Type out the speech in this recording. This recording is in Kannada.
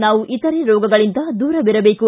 ನಾವು ಇತರೆ ರೋಗಗಳಿಂದ ದೂರವಿರಬೇಕು